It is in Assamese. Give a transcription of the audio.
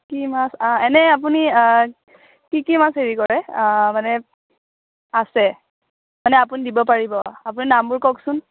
কি মাছ এনেই আপুনি কি কি মাছ হেৰি কৰে মানে আছে আপুনি মানে দিব পাৰিব আপুনি নামবোৰ কওকচোন